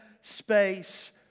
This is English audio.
space